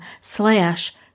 slash